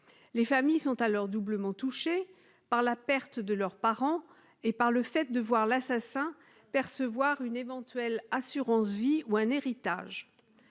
Les familles sont alors doublement touchées : par la perte de leur parent et par le fait de voir l'assassin percevoir une éventuelle assurance vie ou un héritage.